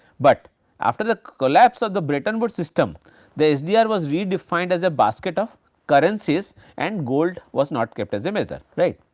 but after the collapse of the bretton woods system the sdr was redefined as a basket of currencies and gold was not kept as a measure right.